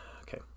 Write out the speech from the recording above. Okay